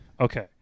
Okay